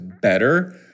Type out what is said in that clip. better